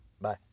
Bye